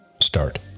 Start